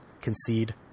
concede